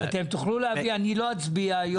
אני לא אצביע היום,